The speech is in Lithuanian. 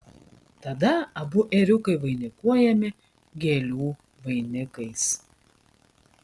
tada abu ėriukai vainikuojami gėlių vainikais